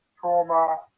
trauma